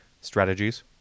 strategies